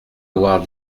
avoir